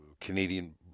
Canadian